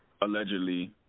allegedly